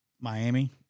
Miami